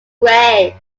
grey